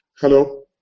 Hello